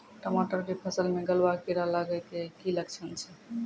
टमाटर के फसल मे गलुआ कीड़ा लगे के की लक्छण छै